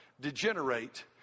degenerate